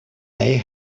they